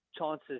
chances